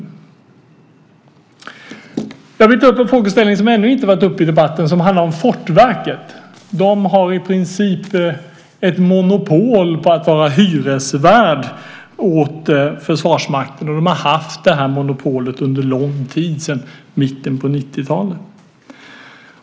Jag vill också ta upp en frågeställning som ännu inte varit uppe i debatten. Det handlar om Fortifikationsverket. De har i princip monopol på att vara hyresvärd åt Försvarsmakten och har haft det monopolet under lång tid, sedan mitten av 90-talet.